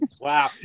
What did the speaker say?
wow